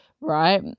right